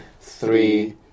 three